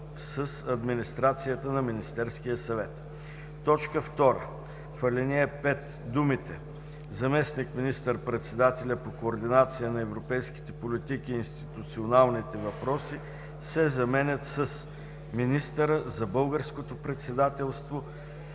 с администрацията на Министерския съвет“. 2. В ал. 5 думите „заместник министър-председателя по координация на европейските политики и институционалните въпроси“ се заменят с „министъра за Българското председателство